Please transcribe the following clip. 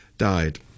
Died